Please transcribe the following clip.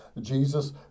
Jesus